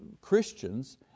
Christians